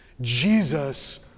Jesus